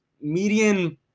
median –